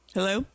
Hello